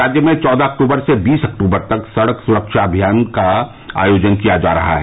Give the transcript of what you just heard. राज्य में चौदह अक्तूबर से बीस अक्तूबर तक सड़क सुरक्षा सप्ताह का आयोजन किया जा रहा है